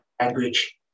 language